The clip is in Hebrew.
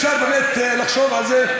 אפשר באמת לחשוב על זה.